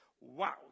wow